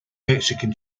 mexican